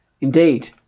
Indeed